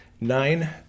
nine